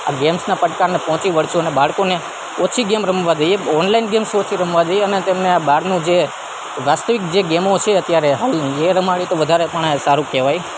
આ ગેમ્સના પડકારને પોચી વળીશું અને બાળકોને ઓછી ગેમ રમવા દઈએ ઓનલાઈન ગેમ્સ ઓછી રમવા દઈએ અને તેમને આ બહારનું જે વાસ્તવિક જે ગેમો છે અત્યારે હાલની એ રમાડી તો વધારે પણે સારું કહેવાય